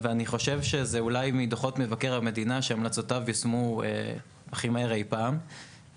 אני חושב שזה אולי מדוחות מבקר המדינה שהמלצותיו יושמו הכי מהר אי-פעם,